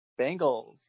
Bengals